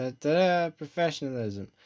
Professionalism